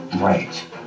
Right